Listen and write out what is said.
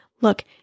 Look